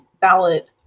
ballot